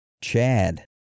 Chad